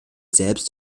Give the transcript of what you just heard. selbst